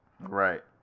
Right